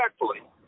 respectfully